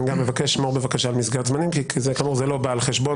אני גם מבקש שתשמור בבקשה על מסגרת זמנים כי כאמור זה לא בא על חשבון,